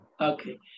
Okay